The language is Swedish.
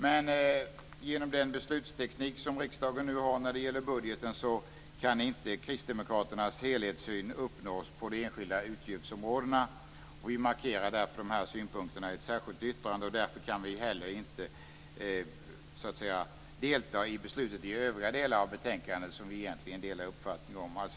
Med den beslutsteknik som riksdagen nu har för budgeten kan inte Kristdemokraternas helhetssyn uppnås på de enskilda utgiftsområdena. Vi markerar därför dessa synpunkter i ett särskilt yttrande. Därför kan vi heller inte delta i beslutet i övriga delar av betänkandet, där vi egentligen delar uppfattningen.